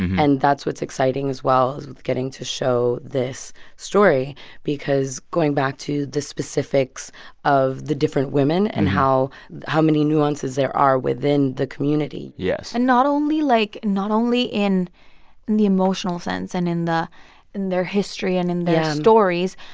and that's what's exciting, as well, is with getting to show this story because, going back to the specifics of the different women and how how many nuances there are within the community yes and not only like not only in the emotional sense and in the in their history and in their yeah stories.